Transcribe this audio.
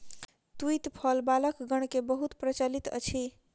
तूईत फल बालकगण मे बहुत प्रचलित अछि